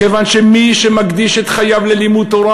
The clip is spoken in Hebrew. כיוון שמי שמקדיש את חייו ללימוד תורה,